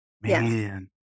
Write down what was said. man